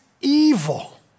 evil